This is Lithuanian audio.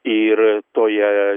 ir toje